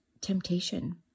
temptation